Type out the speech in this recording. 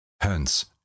Hence